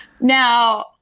Now